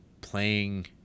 playing